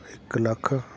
ਇੱਕ ਲੱਖ